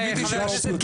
כבוד השר,